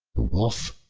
the wolf.